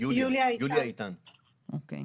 לא חושבת